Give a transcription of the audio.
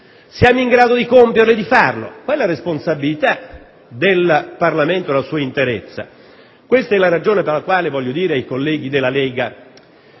Siamo in grado di compierlo? Sta alla responsabilità del Parlamento nella sua interezza. Questa è anche la ragione per la quale voglio dire ai colleghi della Lega